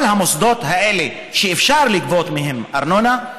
כל המוסדות האלה שאפשר לגבות מהם ארנונה,